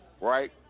right